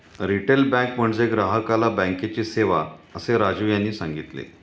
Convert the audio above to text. retail bank म्हणजे ग्राहकाला बँकेची सेवा, असे राजीव यांनी सांगितले